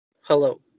Hello